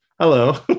hello